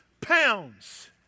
pounds